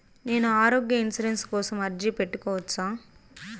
నేను ఆరోగ్య ఇన్సూరెన్సు కోసం అర్జీ పెట్టుకోవచ్చా?